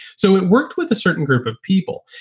so it worked with a certain group of people.